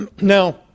Now